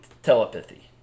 Telepathy